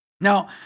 Now